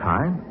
Time